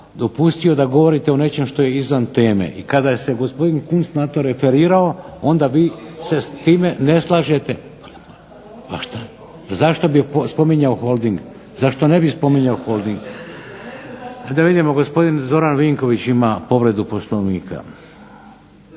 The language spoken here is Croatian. dopustio da govorite o nečem što je izvan teme i kada se gospodin Kunst na to referirao onda vi se s time ne slažete. … /Upadica se ne razumije./… Zašto bi spominjao Holding, zašto ne bi spominjao Holding? Da vidimo, gospodin Zoran Vinković ima povredu Poslovnika.